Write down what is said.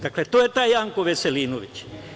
Dakle, to je taj Janko Veselinović.